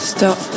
Stop